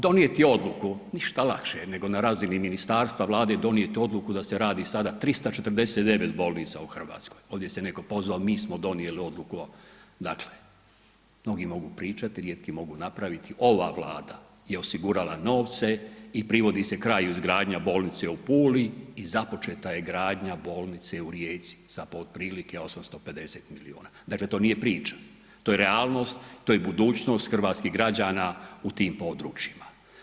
Donijeti odluku, ništa lakše nego na razini ministarstva, Vlade donijeti odluku da se radi sada 349 bolnica u RH, ovdje se netko pozvao mi smo donijeli odluku o dakle, mnogi mogu pričati, rijetki mogu napraviti, ova Vlada je osigurala novce i privodi se kraju izgradnja bolnice u Puli i započeta je gradnja bolnice u Rijeci za otprilike 850 milijuna, dakle to nije priča, to je realnost, to je budućnost hrvatskih građana u tim područjima.